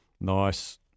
Nice